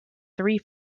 three